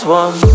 one